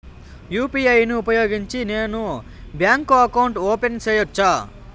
UPI ను ఉపయోగించి నేను బ్యాంకు అకౌంట్ ఓపెన్ సేయొచ్చా?